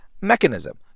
mechanism